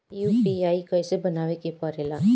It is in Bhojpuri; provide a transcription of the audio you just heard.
यू.पी.आई कइसे बनावे के परेला?